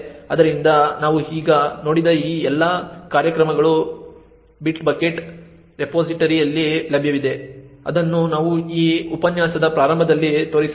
ಆದ್ದರಿಂದ ನಾವು ಈಗ ನೋಡಿದ ಈ ಎಲ್ಲಾ ಕಾರ್ಯಕ್ರಮಗಳು ಬಿಟ್ಬಕೆಟ್ ರೆಪೊಸಿಟರಿಯಲ್ಲಿ ಲಭ್ಯವಿದೆ ಅದನ್ನು ನಾವು ಈ ಉಪನ್ಯಾಸದ ಪ್ರಾರಂಭದಲ್ಲಿ ತೋರಿಸಬೇಕು